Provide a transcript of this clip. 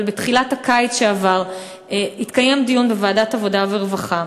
אבל בתחילת הקיץ שעבר התקיים דיון בוועדת העבודה והרווחה,